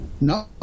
No